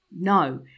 No